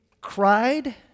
cried